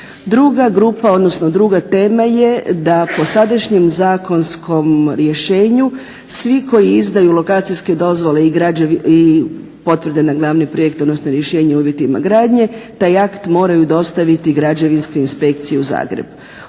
druga tema je da po sadašnjem zakonskom rješenju svi koji izdaju lokacijske dozvole i potvrde na glavni projekt odnosno rješenje o uvjetima gradnje taj akt moraju dostaviti Građevinskoj inspekciji u Zagreb.